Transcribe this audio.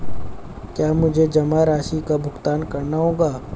क्या मुझे जमा राशि का भुगतान करना होगा?